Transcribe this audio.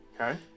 Okay